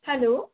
hello